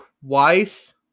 twice